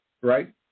Right